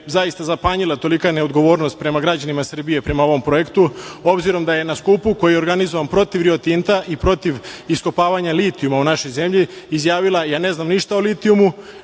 zaista zapanjila tolika neodgovornost prema građanima Srbije, prema ovom projektu, s obzirom da je na skupu koji je organizovan protiv „Rio Tinta“ i protiv iskopavanja litijuma u našoj zemlji, izjavila – ja ne znam ništa o litijumu,